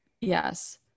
yes